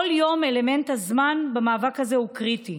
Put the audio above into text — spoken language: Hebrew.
כל יום, אלמנט הזמן במאבק הזה הוא קריטי.